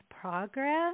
progress